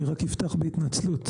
אני רק אפתח בהתנצלות.